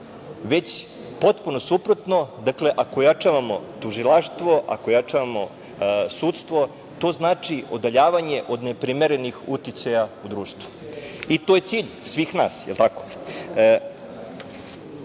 već potpuno suprotno, dakle ako ojačavamo tužilaštvo, ako jačamo sudstvo to znači odaljavanje od neprimerenih uticaja u društvu i to je cilj svih nas, jel tako?